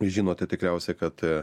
žinote tikriausiai kad